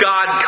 God